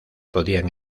podían